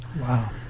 Wow